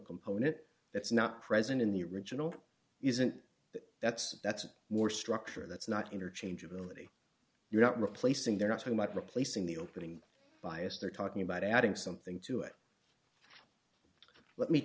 component that's not present in the original isn't that's that's more structure that's not interchangeability you're not replacing they're not so much replacing the opening bias they're talking about adding something to it let me